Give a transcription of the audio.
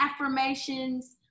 affirmations